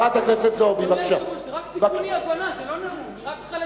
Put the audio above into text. הכנסת יוליה שמאלוב-ברקוביץ יוצאת מאולם המליאה.) בעיני,